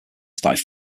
started